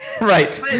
Right